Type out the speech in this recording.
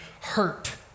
hurt